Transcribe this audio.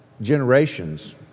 generations